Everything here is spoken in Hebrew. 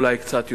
אולי קצת יותר.